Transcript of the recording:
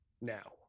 now